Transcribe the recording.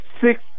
six